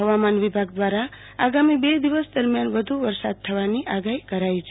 હવામાન વિભાગ દ્રારા આગામી બે દિવસ દરમ્યાનુ વધુ વેરસાદ થવાની આગાહી કરાઈ છે